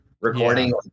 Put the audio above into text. Recording